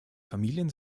familien